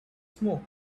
smoke